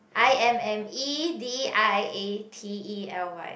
I M M E D I A T E L Y